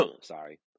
Sorry